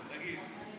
אבל תגיד.